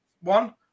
one